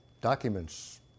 documents